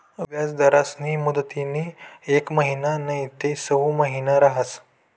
याजदरस्नी मुदतनी येक महिना नैते सऊ महिना रहास